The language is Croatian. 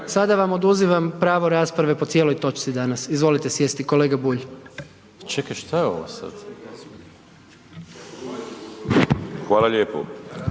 sada vam oduzimam pravo rasprave po cijeloj točci danas. Izvolite sjesti. Kolega Bulj. **Maras, Gordan (SDP)**